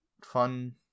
Fun